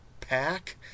pack